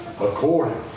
according